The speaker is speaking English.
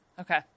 Okay